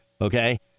Okay